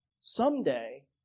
someday